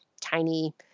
tiny